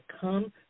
come